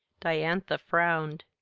diantha frowned.